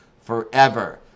forever